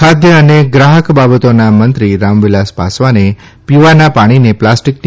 ખાદ્ય અને ગ્રાહક બાબતોના મંત્રી રામવિલાસ ાસવાને લીવાના ાણીને પ્લાસ્ટીકની